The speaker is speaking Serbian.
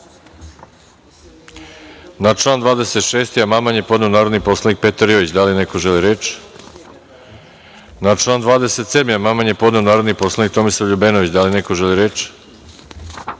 Na član 26. amandman je podneo narodni poslanik Petar Jojić. Da li neko želi reč? (Ne.)Na član 27. amandman je podneo narodni poslanik Tomislav Ljubenović. Da li neko želi reč?